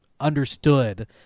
understood